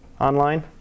online